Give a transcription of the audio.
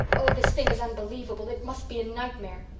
oh, this thing is unbelievable it must be a nightmare.